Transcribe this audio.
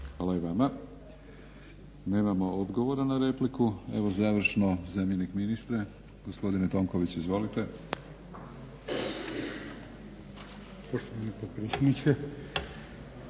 Hvala i vama. Nemamo odgovora na repliku. Evo završno zamjenik ministra. Gospodine Tonković izvolite.